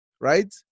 right